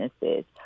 businesses